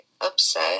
upset